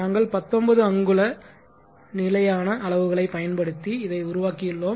நாங்கள் 19 அங்குல நிலையான அளவுகளை பயன்படுத்தி இதை உருவாக்கியுள்ளோம்